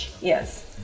Yes